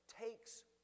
takes